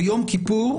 ביום כיפור,